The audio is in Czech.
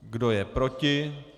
Kdo je proti?